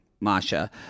Masha